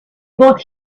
got